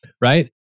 right